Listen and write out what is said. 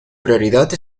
prioridad